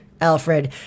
Alfred